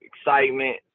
excitement